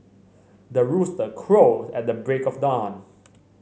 the rooster crows at the break of dawn